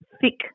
thick